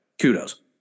kudos